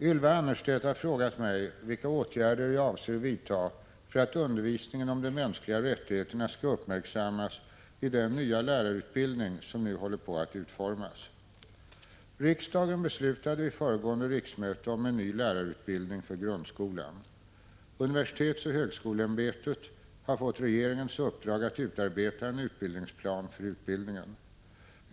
Ylva Annerstedt har frågat mig vilka åtgärder jag avser vidta för att undervisningen om de mänskliga rättigheterna skall uppmärksammas i den nya lärarutbildning som nu håller på att utformas. Riksdagen beslutade vid föregående riksmöte om en ny lärarutbildning för grundskolan . Universitetsoch högskoleämbetet har fått regeringens uppdrag att utarbeta en utbildningsplan för utbildningen.